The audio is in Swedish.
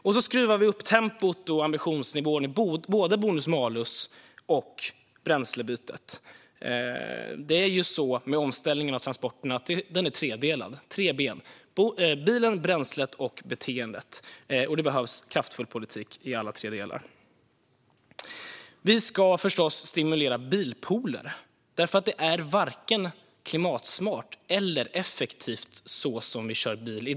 Och så skruvar vi upp tempot och ambitionsnivån i både bonus-malus och Bränslebytet. Omställningen av transporterna är tredelad och handlar om tre b:n - bilen, bränslet och beteendet. Det behövs kraftfull politik för alla tre delarna. Vi ska förstås stimulera bilpooler, för vårt sätt att köra bil i dag är varken klimatsmart eller effektivt.